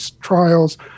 trials